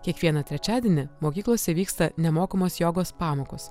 kiekvieną trečiadienį mokyklose vyksta nemokamos jogos pamokos